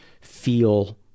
feel